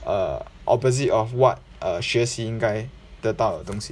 err opposite of what uh 学习应该得到的东西